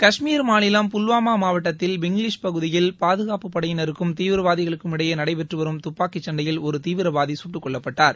காஷ்மீர் மாநிலம் புல்வாமா மாவட்டத்தில் பிங்லிஷ் பகுதியில் பாதுகாப்பு படையினருக்கும் தீவிரவாதிகளுக்கும் இடையே நடைபெற்று வரும் துப்பாக்கி சண்டையில் ஒரு தீவிரவாதி சுட்டுக்கொல்லப்பட்டார்